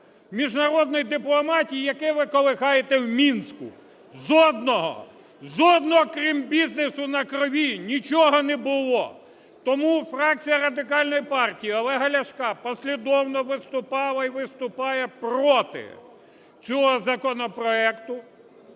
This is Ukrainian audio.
міжнародної дипломатії, яке ви колихаєте в Мінську? Жодного! Жодного, крім бізнесу на крові нічого не було. Тому фракція Радикальної партії Олега Ляшка послідовно виступала і виступає проти цього законопроекту.